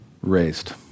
raised